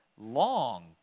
long